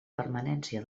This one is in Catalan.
permanència